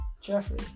Jeffrey